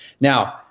Now